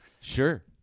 Sure